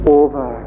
over